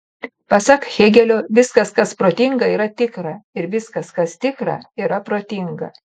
pasak hėgelio viskas kas protinga yra tikra ir viskas kas tikra yra protinga